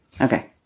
Okay